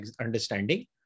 understanding